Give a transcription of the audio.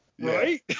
Right